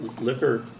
liquor